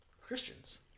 Christians